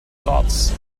dots